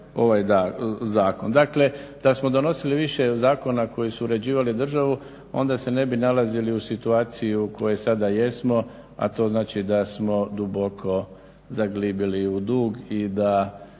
Dakle, da smo donosili više zakona koji su uređivali državu onda se ne bi nalazili u situaciju u kojoj sada jesmo, a to znači da smo duboko zaglibili u dug i da